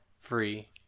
free